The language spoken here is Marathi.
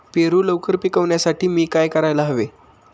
पेरू लवकर पिकवण्यासाठी मी काय करायला हवे?